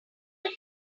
him